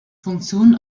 funktionen